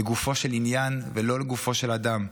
לגופו של עניין ולא לגופו של אדם.